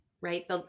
right